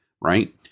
right